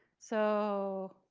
so